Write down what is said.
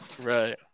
Right